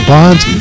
Bonds